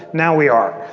now we are.